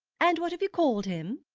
and what have you called him?